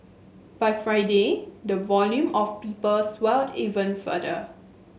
by Friday the volume of people swelled even further